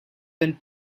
than